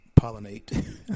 pollinate